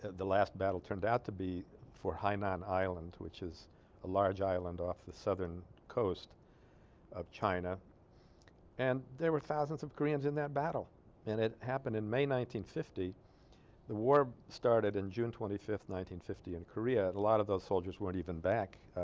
the last battle turned out to be for hainan island which is large island off the southern coast of china and there were thousands of koreans in that battle and it happened in may nineteen fifty the war started on and june twenty-fifth nineteen fifty and korea a lot of those soldiers weren't even back